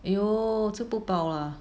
!aiyo! 吃不饱 ah